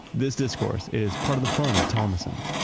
this discourse is part of the fun of thomassons.